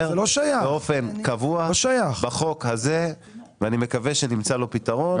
באופן קבוע בחוק הזה ואני מקווה שנמצא לו פתרון.